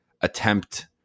attempt